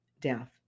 death